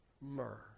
myrrh